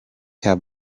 have